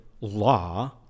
law